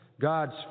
God's